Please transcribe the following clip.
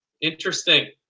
interesting